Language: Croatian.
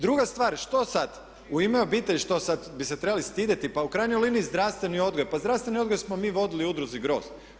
Druga stvar, što sad u ime obitelji, što sad bi se trebali stidjeti, pa u krajnjoj liniji zdravstveni odgoj, pa zdravstveni odgoj smo mi vodili u udruzi Grozd.